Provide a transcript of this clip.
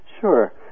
Sure